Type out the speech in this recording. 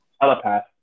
telepath